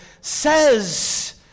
says